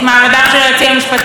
להפוך אותם משומרי,